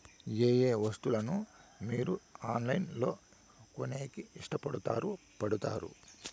ఏయే వస్తువులను మీరు ఆన్లైన్ లో కొనేకి ఇష్టపడుతారు పడుతారు?